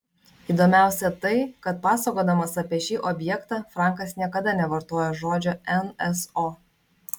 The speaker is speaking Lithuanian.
įdomiausia tai kad pasakodamas apie šį objektą frankas niekada nevartojo žodžio nso